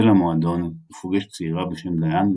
הוא יוצא למועדון ופוגש צעירה בשם דיאן,